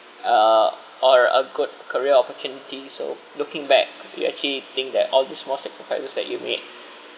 uh or a good career opportunity so looking back you actually think that all these small sacrifices that you make